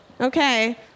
Okay